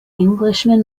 englishman